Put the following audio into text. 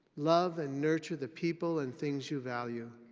love and nurture the people and things you value.